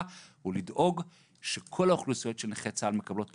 היא לדאוג שכל האוכלוסיות של נכי צה"ל מקבלות פתרון,